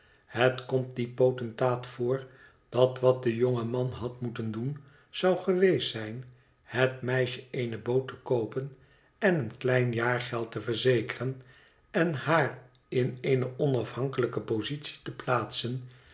het komt dien potentaat voor dat wat de jonge man had moeten doen zou geweest zijn het meisje eene boot te koopen en een klein jaargeld te verzekeren en haar in eene onafhankelijke positie te plaatsen